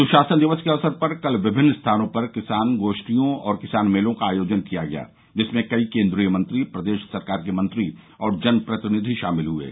सुशासन दिवस के अवसर पर कल विभिन्न स्थानों पर किसान गोष्ठियों और किसान मेलों का आयोजन किया गया जिसमें कई केन्द्रीय मंत्री प्रदेश सरकार के मंत्री और जनप्रतिनिधि शामिल हुये